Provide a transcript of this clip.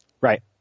Right